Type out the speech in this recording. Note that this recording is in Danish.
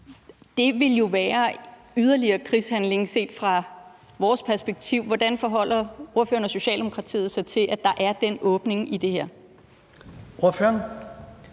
Det ville jo være yderligere krigshandlinger set fra vores perspektiv. Hvordan forholder ordføreren og Socialdemokratiet sig til, at der er den åbning i det her? Kl.